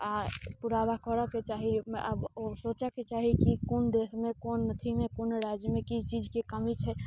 आ पुराबा करऽ के चाही आब ओ सोचऽ के चाही कि कोन देशमे कोन अथीमे कोन राज्यमे की चीजके कमी छै